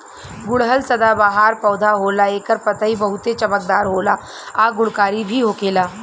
गुड़हल सदाबाहर पौधा होला एकर पतइ बहुते चमकदार होला आ गुणकारी भी होखेला